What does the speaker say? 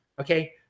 Okay